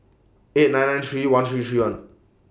eight nine nine three one three three one